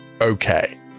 okay